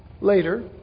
later